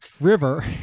river